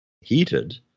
heated